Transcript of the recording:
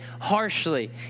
harshly